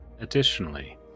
Additionally